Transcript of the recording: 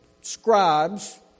scribes